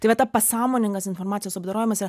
tai va pasąmoningas informacijos apdorojimas yra